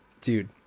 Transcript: Dude